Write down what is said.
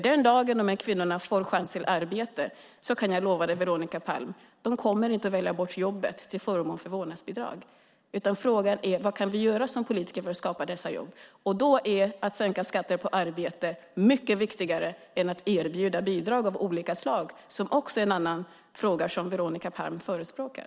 Den dag de här kvinnorna får chans till arbete kan jag lova dig, Veronica Palm, att de inte kommer att välja bort jobbet till förmån för vårdnadsbidrag. Frågan är i stället: Vad kan vi göra som politiker för att skapa dessa jobb? Då är sänkt skatt på arbete mycket viktigare än att erbjuda bidrag av olika slag, som är någonting som Veronica Palm förespråkar.